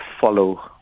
follow